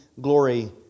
glory